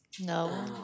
No